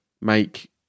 make